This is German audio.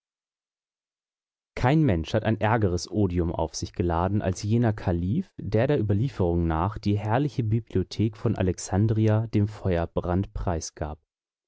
kein mensch hat ein ärgeres odium auf sich geladen als jener kalif der der überlieferung nach die herrliche bibliothek von alexandria dem feuerbrand preisgab